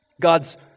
God's